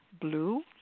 blue